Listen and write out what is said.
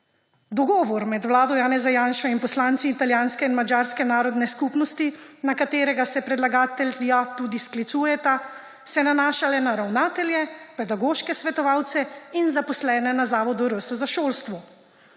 Dogovor med vlado Janeza Janše in poslancema italijanske in madžarske narodne skupnosti, na katerega se predlagatelja tudi sklicujeta, se nanaša le na ravnatelje, pedagoške svetovalce in zaposlene na Zavodu RS za šolstvo.